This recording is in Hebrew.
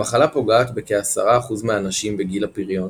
המחלה פוגעת בכ-10% מהנשים בגיל הפריון,